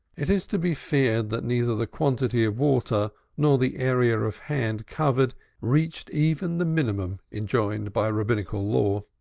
it is to be feared that neither the quantity of water nor the area of hand covered reached even the minimum enjoined by rabbinical law.